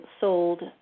sold